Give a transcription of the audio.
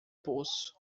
poço